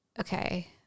Okay